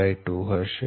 d212 હશે